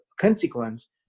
consequence